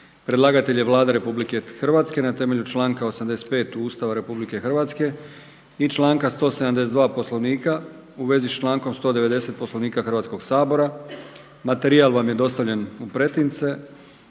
Predlagatelj je Vlada Republike Hrvatske. Nas temelju članka 85. Ustava Republike Hrvatske i članka 172. Poslovnika u vezi s člankom 190. Poslovnika Hrvatskoga sabora. Materijal vam je dostavljen u pretince.